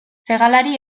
segalari